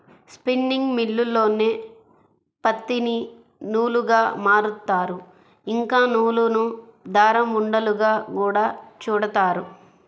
spinning మిల్లుల్లోనే పత్తిని నూలుగా మారుత్తారు, ఇంకా నూలును దారం ఉండలుగా గూడా చుడతారు